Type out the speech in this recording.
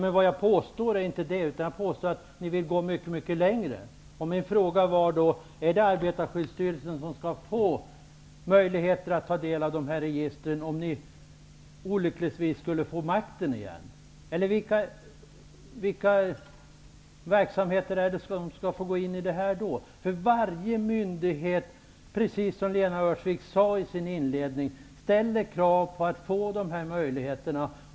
Då påstår jag att ni vill gå mycket längre. Min fråga var: Är det Arbetarskyddsstyrelsen som skall få möjlighet att ta del av dessa register om ni olyckligtvis skulle få makten igen? Vilka andra verksamheter skall få gå in där då? Precis som Lena Öhrsvik sade i sin inledning ställer varje myndighet krav på att få dessa möjligheter.